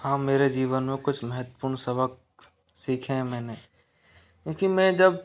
हाँ मेरे जीवन में कुछ महत्वपूर्ण सबक सीखे हैं मैंने क्योंकि मैं जब